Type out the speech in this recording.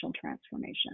transformation